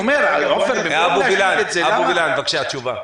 אבו וילן, בבקשה תשובה.